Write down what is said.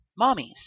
mommies